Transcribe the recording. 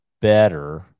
better